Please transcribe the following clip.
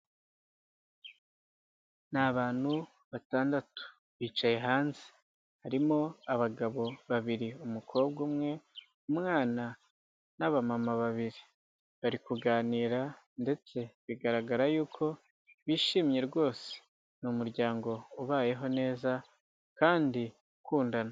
Ni abantu batandatu, bicaye hanze, harimo abagabo babiri, umukobwa umwe, umwana n'abamama babiri, bari kuganira ndetse bigaragara y'uko bishimye rwose, ni umuryango ubayeho neza kandi ukundana.